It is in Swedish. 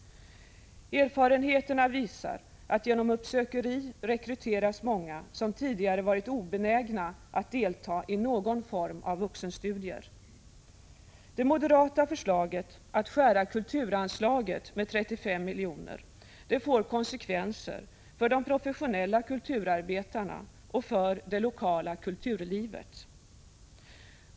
Erfarenheterna visar att genom uppsökeri rekryteras många som tidigare varit obenägna att delta i någon form av vuxenstudier. Det moderata förslaget att skära ned kulturanslaget med 35 milj.kr. får konsekvenser för de professionella kulturarbetarna och för det lokala kulturlivet.